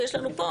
ויש לנו פה